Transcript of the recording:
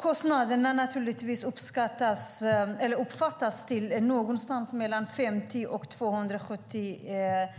Kostnaderna uppskattas till någonstans mellan 50 och 275